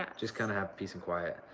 just kind of have peace and quiet.